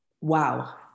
wow